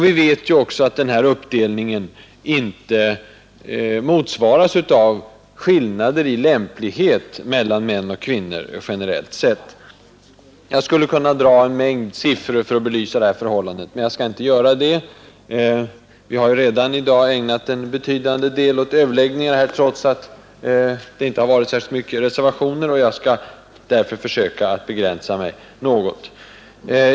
Vi vet att denna uppdelning inte motsvaras av skillnader i lämplighet mellan män och kvinnor generellt sett. Jag skulle kunna åberopa en mängd siffror för att belysa detta förhållande, men jag skall inte göra det. Vi har redan ägnat en avsevärd tid i dag åt överläggningar, trots att det inte har varit särskilt många reservationer, och jag skall därför försöka begränsa mig.